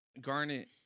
Garnet